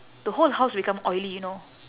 the whole house become oily you know